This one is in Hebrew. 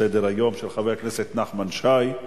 לסדר-היום של חבר הכנסת נחמן שי,